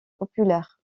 populaires